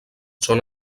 són